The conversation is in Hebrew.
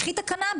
קחי את הקנאביס.